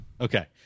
Okay